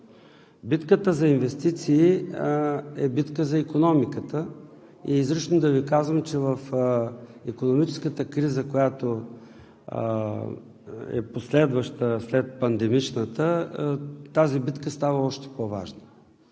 битката за инвестиции е битка за икономиката. И излишно е да Ви казвам, че в икономическата криза, която е последваща след пандемичната, тази битка става още по-важна.